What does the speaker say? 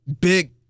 big